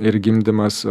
ir gimdymas